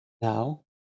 Now